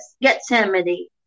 Gethsemane